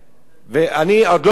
ואני עוד לא התחלתי.